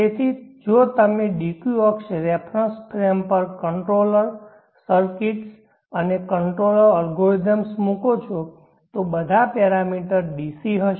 તેથી જો તમે dq અક્ષ રેફરન્સ ફ્રેમ પર કંટ્રોલર સર્કિટ્સ અને કંટ્રોલર અલ્ગોરિધમ્સ મૂકો છો તો બધા પેરામીટર DC હશે